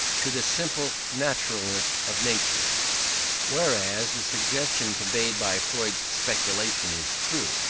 to the simple naturalness of nature whereas the suggestion conveyed by freud's speculations is true.